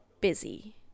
busy